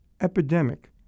epidemic